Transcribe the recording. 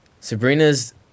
Sabrina's